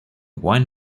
wine